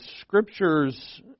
scriptures